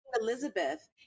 elizabeth